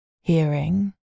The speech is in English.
hearing